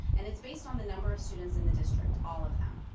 and it's based on the number of students in the district, all of them.